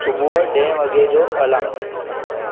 सुबुह ॾहें वॻे जो अलार्म